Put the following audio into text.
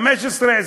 15,000,